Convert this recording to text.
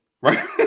Right